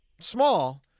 Small